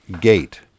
gate